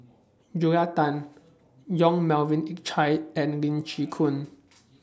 Julia Tan Yong Melvin Yik Chye and Lee Chin Koon